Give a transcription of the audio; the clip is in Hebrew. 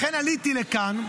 לכן עליתי לכאן,